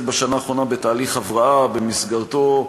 בשנה האחרונה בתהליך הבראה שבמסגרתו,